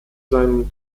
seinem